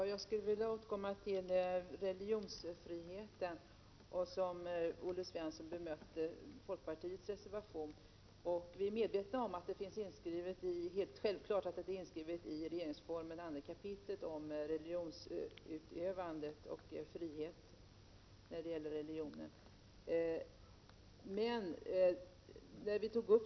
Herr talman! Jag skall återkomma till frågan om religionsfrihet, en fråga som också Olle Svensson tog upp när han bemötte folkpartiets reservation. Denna religionsfrihet finns inskriven i 2 kap. RF.